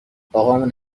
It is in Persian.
اقامون